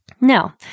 Now